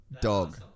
Dog